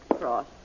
cross